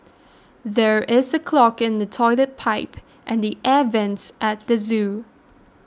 there is a clog in the Toilet Pipe and the Air Vents at the zoo